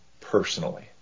personally